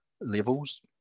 levels